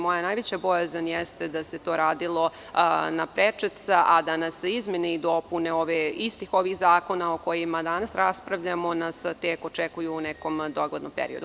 Moja najveća bojazan jeste da se to radilo na prečac, a da nas izmene i dopune istih ovih zakona o kojima danas raspravljamo nas tek očekuju u nekom doglednom periodu.